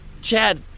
Chad